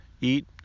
eat